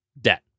debt